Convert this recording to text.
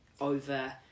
over